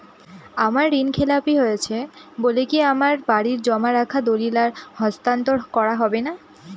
আমার ঋণ খেলাপি হয়েছে বলে কি আমার বাড়ির জমা রাখা দলিল আর হস্তান্তর করা হবে না?